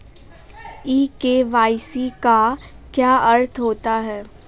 ई KYC का क्या अर्थ होता है?